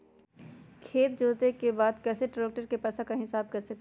खेत जोते के बाद कैसे ट्रैक्टर के पैसा का हिसाब कैसे करें?